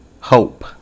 Hope